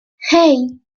hey